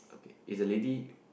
okay is the lady